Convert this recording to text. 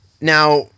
Now